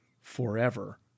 forever